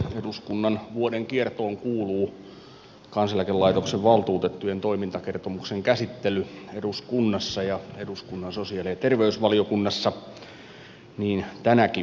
eduskunnan vuoden kiertoon kuuluu kansaneläkelaitoksen valtuutettujen toimintakertomuksen käsittely eduskunnassa ja eduskunnan sosiaali ja terveysvaliokunnassa niin tänäkin vuonna